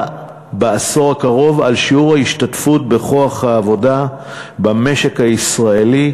בעשור הקרוב על שיעור ההשתתפות בכוח העבודה במשק הישראלי,